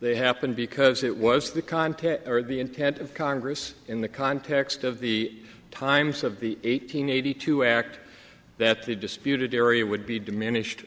they happened because it was the content or the intent of congress in the context of the times of the eight hundred eighty two act that the disputed area would be diminished